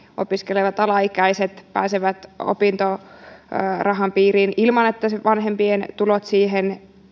opiskelevat alaikäiset pääsevät opintorahan piiriin ilman että vanhempien tulot siihen